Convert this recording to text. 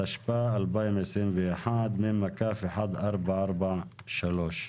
התשפ"א-2021, מ/1443.